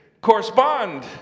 correspond